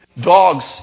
dogs